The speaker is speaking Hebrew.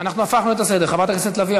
של חברת הכנסת עליזה לביא,